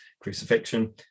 crucifixion